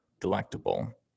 delectable